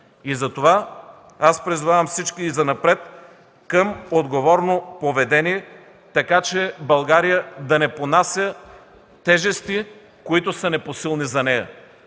граждани. Призовавам всички и занапред към отговорно поведение, така че България да не понася тежести, които са непосилни за нея!